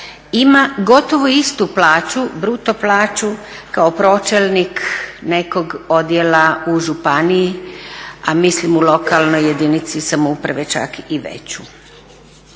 ima gotovo istu bruto plaću kao pročelnik nekog odjela u županiji, a mislim u lokalnoj jedinici samouprave čak i veću.